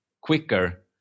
quicker